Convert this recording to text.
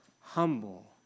humble